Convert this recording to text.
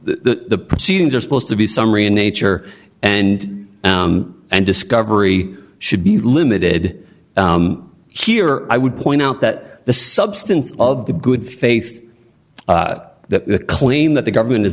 the proceedings are supposed to be summary in nature and and discovery should be limited here i would point out that the substance of the good faith the claim that the government is